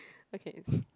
okay